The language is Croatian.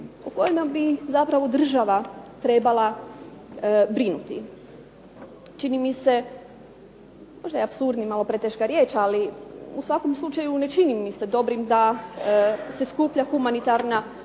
o kojima bi zapravo država trebala brinuti. Čini mi se možda je apsurdnim malo preteška riječ, ali u svakom slučaju ne čini mi se dobrim da se skuplja humanitarna pomoć